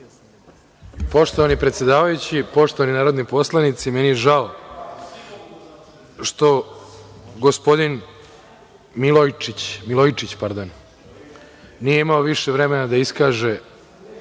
Poštovani predsedavajući, poštovani narodni poslanici, meni je žao što gospodin Milojičić nije imao više vremena da iskaže